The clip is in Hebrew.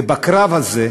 ובקרב הזה,